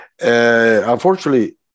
Unfortunately